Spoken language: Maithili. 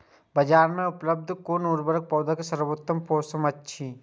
बाजार में उपलब्ध कुन उर्वरक पौधा के सर्वोत्तम पोषक अछि?